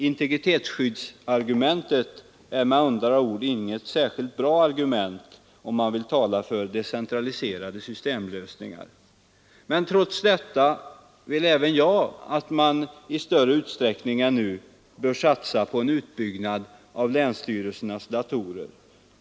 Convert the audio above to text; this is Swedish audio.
Integritetsskyddsargumentet är med andra ord inget särskilt bra argument, om man vill tala för decentraliserade systemlösningar. Trots detta vill även jag att man i större utsträckning än nu satsar på en utbyggnad av länsstyrelsernas datorer.